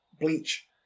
bleach